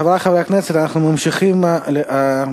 חברי חברי הכנסת, אנחנו ממשיכים בסדר-היום.